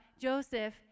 Joseph